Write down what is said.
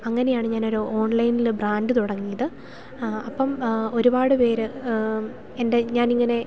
അങ്ങനെയാണ് ഞാൻ ഒരു ഓൺലൈനിൽ ബ്രാൻ്റ് തുടങ്ങിയത് അപ്പം ഒരുപാട് പേര് എൻ്റെ ഞാൻ ഇങ്ങനെ